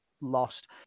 lost